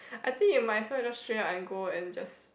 I think you might as well just straight out and go and just